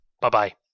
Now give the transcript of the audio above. Bye-bye